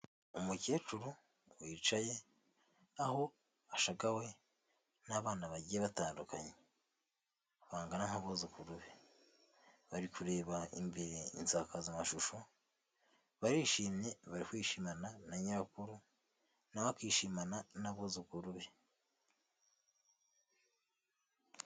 Umukecuru wicaye aho ashagawe n'abana bagiye batandukanye, bangana nk'abuzukuru be, bari kureba imbere insakazamashusho barishimye bari kwishimana na nyirakuru, nawe akishimana n'abuzukuru be.